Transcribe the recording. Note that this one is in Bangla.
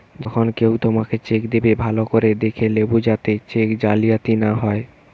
যখন কেও তোমাকে চেক দেবে, ভালো করে দেখে লেবু যাতে চেক জালিয়াতি না হয়